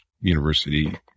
university